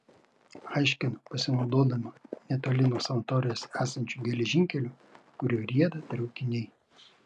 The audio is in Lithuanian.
aiškinu pasinaudodama netoli nuo sanatorijos esančiu geležinkeliu kuriuo rieda traukiniai